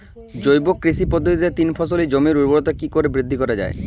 জৈব কৃষি পদ্ধতিতে তিন ফসলী জমির ঊর্বরতা কি করে বৃদ্ধি করা য়ায়?